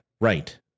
right